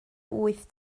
wyth